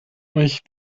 euch